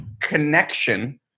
connection